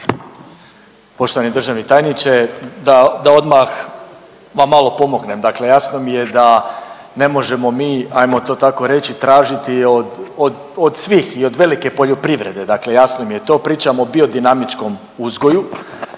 Poštovani državni tajniče, da, da odmah vam malo pomognem, dakle jasno mi je da ne možemo mi ajmo to tako reći tražiti od, od, od svih i od velike poljoprivrede, dakle jasno mi je to, pričam o biodinamičkom uzgoju